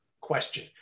question